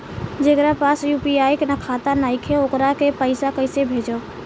जेकरा पास यू.पी.आई खाता नाईखे वोकरा के पईसा कईसे भेजब?